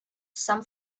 some